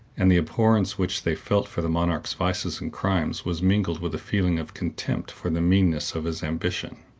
and the abhorrence which they felt for the monarch's vices and crimes was mingled with a feeling of contempt for the meanness of his ambition.